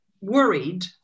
worried